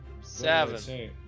seven